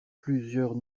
plusieurs